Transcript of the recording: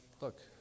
look